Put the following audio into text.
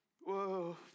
Whoa